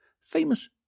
Famous